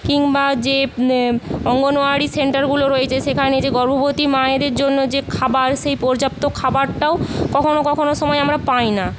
কিংবা যে অঙ্গনওয়াড়ি সেন্টারগুলো রয়েছে সেখানে যে গর্ভবতী মায়েদের জন্য যে খাবার সেই পর্যাপ্ত খাবারটাও কখনো কখনো সময় আমরা পাই না